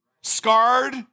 scarred